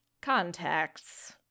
Contacts